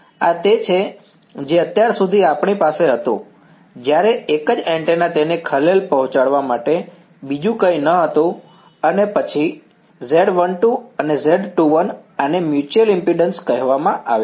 આ તે છે જે અત્યાર સુધી આપણી પાસે હતું જ્યારે એક જ એન્ટેના તેને ખલેલ પહોંચાડવા માટે બીજું કંઈ ન હતું અને પછી Z12 અને Z21 આને મ્યુચ્યલ ઈમ્પિડન્સ કહેવામાં આવે છે